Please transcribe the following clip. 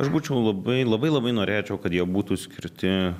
aš būčiau labai labai labai norėčiau kad jie būtų skirti